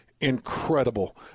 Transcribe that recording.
incredible